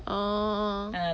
orh